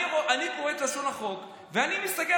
אני קורא